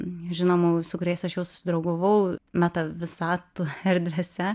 žinoma su kuriais aš jau susidraugavau meta visatų erdvėse